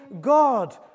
God